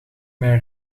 mij